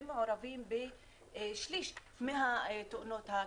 הם מעורבים בשליש מהתאונות הקטלניות.